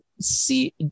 see